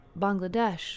Bangladesh